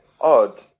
odd